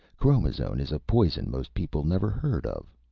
chromazone is a poison most people never heard of.